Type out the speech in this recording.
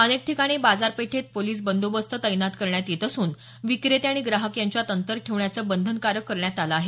अनेक ठिकाणी बाजारपेठेत पोलीस बंदोबस्त तैनात करण्यात येत असून विक्रेते आणि ग्राहक यांच्यात अंतर ठेवण्याचं बंधनकारक करण्यात आलं आहे